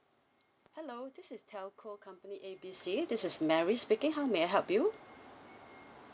hello this is telco company A B C this is mary speaking how may I help you